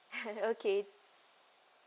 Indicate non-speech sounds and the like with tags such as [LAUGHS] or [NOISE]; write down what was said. [LAUGHS] okay